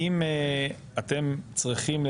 אני ממשיך,